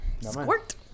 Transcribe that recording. Squirt